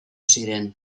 ziren